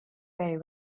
very